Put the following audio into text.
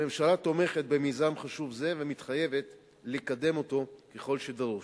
הממשלה תומכת במיזם חשוב זה ומתחייבת לקדם אותו ככל שדרוש.